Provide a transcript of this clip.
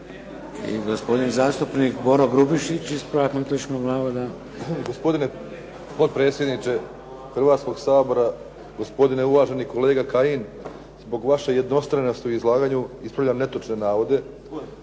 I gospodin zastupnik Boro Grubišić, ispravak netočnog navoda. **Grubišić, Boro (HDSSB)** Gospodine potpredsjedniče Hrvatskog sabora, gospodine uvaženi kolega Kajin. Zbog vaše jednostranosti u izlaganju ispravljam netočne navode.